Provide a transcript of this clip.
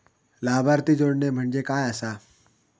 लाभार्थी जोडणे म्हणजे काय आसा?